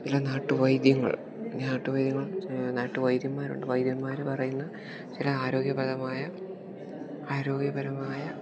ചില നാട്ടു വൈദ്യങ്ങൾ നാട്ടുവൈദ്യങ്ങൾ നാട്ടു വൈദ്യന്മാരുണ്ട് വൈദ്യന്മാർ പറയുന്ന ചില ആരോഗ്യപരമായ ആരോഗ്യപരമായ